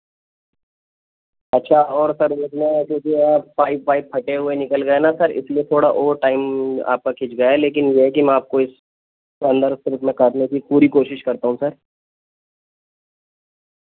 اچھا اور سر کیونکہ پائپ وائپ پھٹے ہوئے نکل گئے نا سر اس لیے تھوڑا اور ٹائم آپ کا کھنچ گیا ہے لیکن یہ ہے کہ میں آپ کو اس اندر سے اس میں کاٹنے کی پوری کوشش کرتا ہوں سر